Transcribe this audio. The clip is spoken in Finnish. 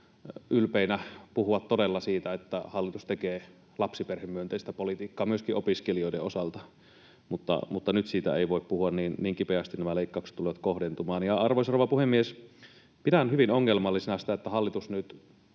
ylpeinä puhua todella siitä, että hallitus tekee lapsiperhemyönteistä politiikkaa myöskin opiskelijoiden osalta. Mutta nyt siitä ei voi puhua, niin kipeästi nämä leikkaukset tulevat kohdentumaan. Arvoisa rouva puhemies! Pidän hyvin ongelmallisena sitä, että hallitus nyt